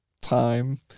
time